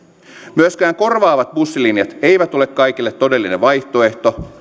myöskään korvaavat bussilinjat eivät ole kaikille todellinen vaihtoehto